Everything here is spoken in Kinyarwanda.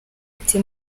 ati